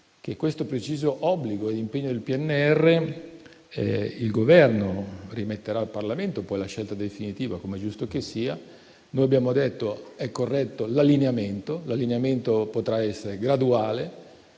per il preciso obbligo e impegno del PNRR - il Governo rimetterà al Parlamento poi la scelta definitiva, come è giusto che sia - abbiamo detto che è corretto l'allineamento, che potrà essere graduale